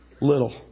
little